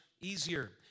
easier